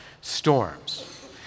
storms